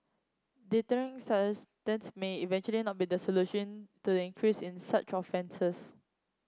sentence may eventually not be the solution to the increase in such offences